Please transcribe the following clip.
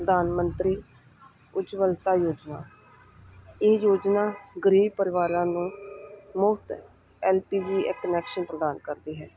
ਪ੍ਰਧਾਨ ਮੰਤਰੀ ਉੱਜਵਲਤਾ ਯੋਜਨਾ ਇਹ ਯੋਜਨਾ ਗਰੀਬ ਪਰਿਵਾਰਾਂ ਨੂੰ ਮੁਫਤ ਐਲਪੀਜੀ ਇੱਕ ਕਨੈਕਸ਼ਨ ਪ੍ਰਦਾਨ ਕਰਦੀ ਹੈ